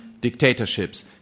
dictatorships